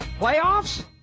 Playoffs